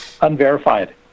unverified